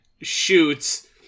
shoots